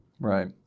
Right